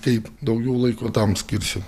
kaip daugiau laiko tam skirsiu